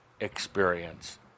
experience